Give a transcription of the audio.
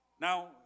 Now